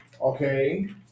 Okay